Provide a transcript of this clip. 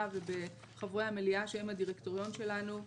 ובחברי המליאה שהם הדירקטוריון שלנו.